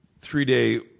three-day